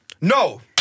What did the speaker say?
No